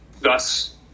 thus